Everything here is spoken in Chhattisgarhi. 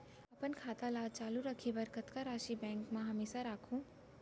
अपन खाता ल चालू रखे बर कतका राशि बैंक म हमेशा राखहूँ?